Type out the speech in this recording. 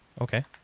Okay